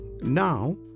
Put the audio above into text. Now